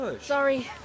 Sorry